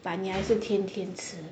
but 你还是天天吃